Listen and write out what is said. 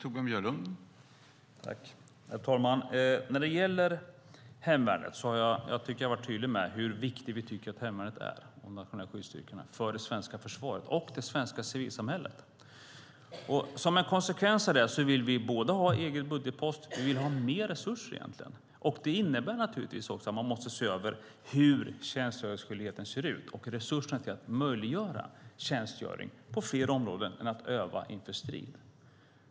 Herr talman! Jag tycker att jag har varit tydlig med hur viktiga vi tycker att hemvärnet och de nationella skyddsstyrkorna är för det svenska försvaret och det svenska civilsamhället. Som en konsekvens av det vill vi att det ska ha en egen budgetpost och egentligen också mer resurser. Det innebär att man också måste se över hur tjänstgöringsskyldigheten ser ut och resurserna för att möjliggöra tjänstgöring på fler områden än att öva inför strid.